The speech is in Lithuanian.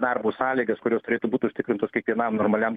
darbo sąlygas kurios turėtų būt užtikrintos kiekvienam normaliam